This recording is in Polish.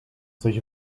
coś